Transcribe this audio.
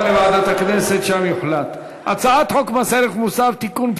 הצעת חוק מס ערך מוסף (תיקון,